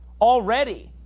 already